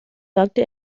sagte